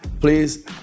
Please